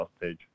page